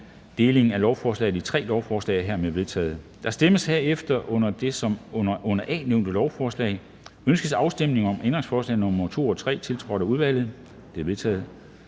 Delingen af lovforslaget i tre lovforslag er hermed vedtaget. Der stemmes herefter om det under A nævnte lovforslag: Ønskes afstemning om ændringsforslag nr. 2 og 3, tiltrådt af udvalget? De er vedtaget.